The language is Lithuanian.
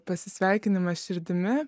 pasisveikinimas širdimi